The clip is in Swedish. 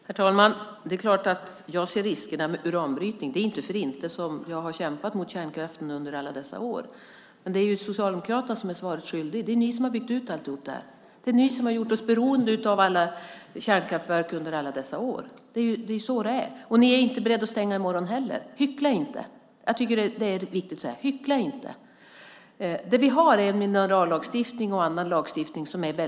Herr talman! Det är klart att jag ser riskerna med uranbrytning. Det är inte för inte som jag under alla år kämpat mot kärnkraften. Men det är Socialdemokraterna som är svaret skyldiga. Det är de som byggt ut den. Det är de som gjort oss beroende av kärnkraftverken under alla dessa år. Så är det, och de är inte heller beredda att stänga dem i morgon. Hyckla därför inte! Det är viktigt att säga. Vi har en mycket stark minerallagstiftning och också annan lagstiftning.